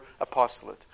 apostolate